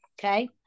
okay